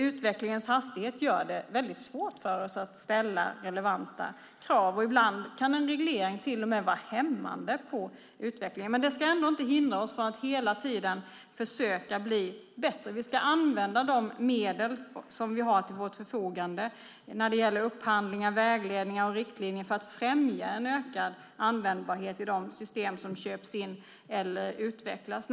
Utvecklingens hastighet gör det alltså väldigt svårt för oss att ställa relevanta krav. Ibland kan en reglering till och med vara hämmande på utvecklingen. Detta ska inte hindra oss från att hela tiden försöka bli bättre. Vi ska använda de medel som står till vårt förfogande när det gäller upphandlingar - vägledningar och riktlinjer - för att främja en ökad användbarhet i de system som köps in eller utvecklas.